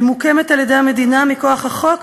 שמוקמת על-ידי המדינה מכוח החוק,